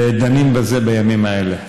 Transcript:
דנים בהן בימים אלה.